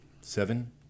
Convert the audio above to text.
seven